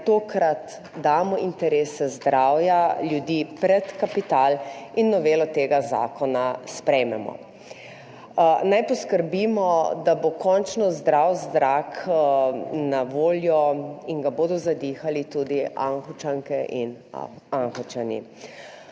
naj tokrat damo interese zdravja ljudi pred kapital in novelo tega zakona sprejmemo, naj poskrbimo, da bo končno zdrav zrak na voljo in ga bodo zadihali tudi Anhovke in Anhovci.